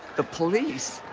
the police,